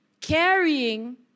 carrying